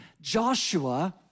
Joshua